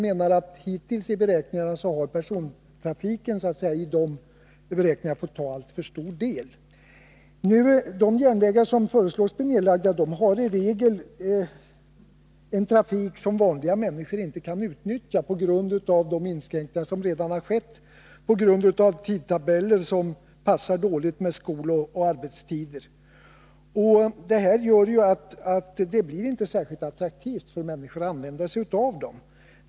Enligt min mening har persontrafiken i beräkningarna så att säga fått ta en alltför stor del i anspråk. När det gäller de järnvägssträckor som man föreslår skall läggas ned kan vanliga människor i regel inte utnyttja trafiken där på grund av de inskränkningar som redan har skett eller på grund av tidtabeller som passar dåligt med skoloch arbetstider. Därför finner människorna det inte särskilt attraktivt att utnyttja dessa möjligheter.